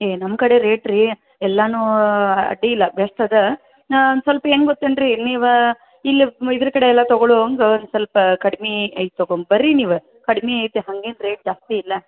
ಏಯ್ ನಮ್ಮ ಕಡೆ ರೇಟ್ ರೀ ಎಲ್ಲವೂ ಅಡ್ಡಿಯಿಲ್ಲ ಬೆಸ್ಟ್ ಇದೆ ಒಂದು ಸ್ವಲ್ಪ ಹೆಂಗ್ ಗೊತ್ತೇನ್ ರೀ ನೀವೇ ಇಲ್ಲಿ ಇದ್ರ ಕಡೆ ಎಲ್ಲ ತೊಗೊಳುವಂಗೆ ಸ್ವಲ್ಪ ಕಡ್ಮೆ ಐತೆ ತೊಗೊಂಡ್ ಬನ್ರಿ ನೀವು ಕಡ್ಮೆ ಐತೆ ಹಂಗೇನು ರೇಟ್ ಜಾಸ್ತಿ ಇಲ್ಲ